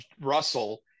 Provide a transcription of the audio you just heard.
Russell